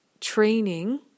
Training